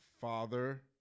father